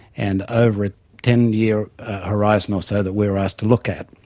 and over a ten year horizon or so that we're asked to look at,